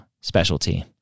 specialty